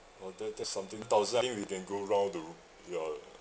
although that's something thousand I think we can go round the ya